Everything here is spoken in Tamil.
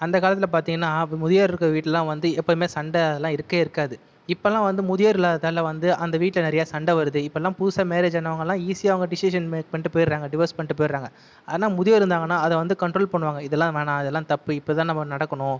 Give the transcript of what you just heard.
அந்த காலத்தில் பார்த்திங்கன்னா முதியோர் இருக்கிற வீட்டுலலாம் வந்து எப்பவுமே சண்டை அதல்லாம் இருக்கவே இருக்காது இப்போலாம் வந்து முதியோர் இல்லாததால் வந்து அந்த வீட்டில் நிறைய சண்டை வருது இப்போலாம் புதுசாக மேரேஜ் ஆனவங்களாம் ஈசியாக அவங்க டிஸிசன் மேக் பண்ணிவிட்டு போயிடுறாங்க டிவோர்ஸ் பண்ணிவிட்டு போயிடுறாங்க ஆனால் முதியோர் இருந்தாங்கன்னால் அதை வந்து கண்ட்ரோல் பண்ணுவாங்க இதலாம் வேணாம் இதலாம் தப்பு இப்படிதான் நம்ம நடக்கணும்